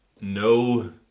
no